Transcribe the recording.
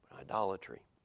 Idolatry